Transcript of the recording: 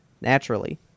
naturally